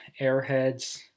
Airheads